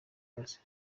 kazi